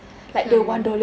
same